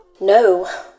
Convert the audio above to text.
No